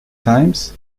times